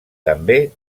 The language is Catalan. també